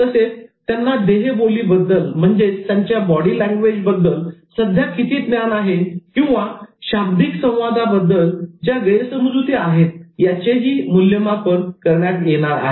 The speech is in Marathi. तसेच त्यांना देहबोलीबद्दल सध्या किती ज्ञान आहे आणि अभाशिकशाब्दिक संवादाबद्दल ज्या गैरसमजुती आहेत याचेही मूल्यमापन करण्यात येणार आहे